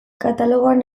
katalogoan